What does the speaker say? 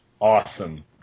Awesome